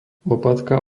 lopatka